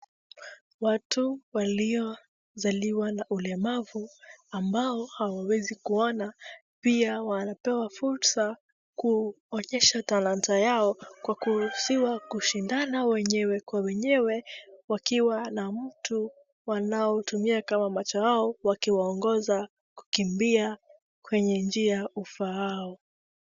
Watu waliozaliwa na ulemavu ambao hawawezi kuona pia wanapewa fursa kuonyesha talanta yao kwa kuruhusiwa kushindana wenyewe kwa wenyewe wakiwa na mtu wanaotumia kama macho yao wakiwaongoza kukimbia kwenye njia ufaao.